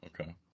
okay